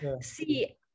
see